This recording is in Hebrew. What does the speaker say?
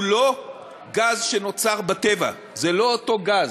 הוא לא גז שנוצר בטבע, זה לא אותו גז.